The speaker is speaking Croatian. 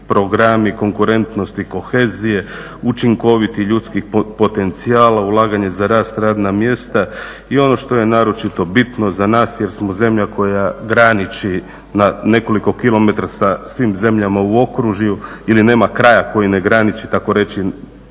programi konkurentnosti, kohezije, učinkovitih ljudskih potencijala, ulaganje za rast, radna mjesta i ono što je naročito bitno za nas jer smo zemlja koja graniči na nekoliko km sa svim zemljama u okružju ili nema kraja koji ne graniči takoreći